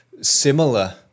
similar